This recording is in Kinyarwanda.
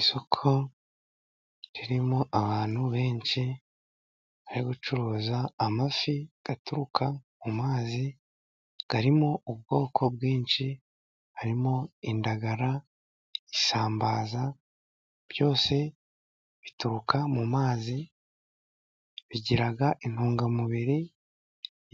Isoko ririmo abantu benshi bari gucuruza amafi aturuka mu mazi arimo ubwoko bwinshi harimo indagara, isambaza byose bituruka mu mazi, bigira intungamubiri